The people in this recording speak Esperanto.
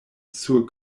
sur